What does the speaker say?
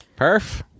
Perf